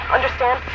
Understand